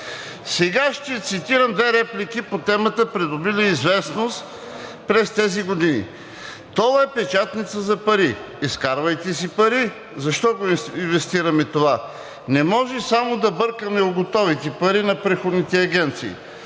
Сега ще цитирам две реплики по темата, придобили известност през тези години. „Тол е печатница за пари. Изкарвайте си пари, защо го инвестираме това? Не може само да бъркаме в готовите пари на приходните агенции.“